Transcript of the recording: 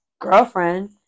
girlfriend